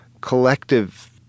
collective